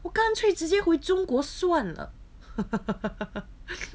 我干脆直接回中国了